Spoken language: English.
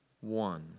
one